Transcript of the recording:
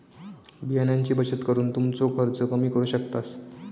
बियाण्यांची बचत करून तुमचो खर्च कमी करू शकतास